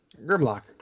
Grimlock